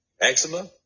eczema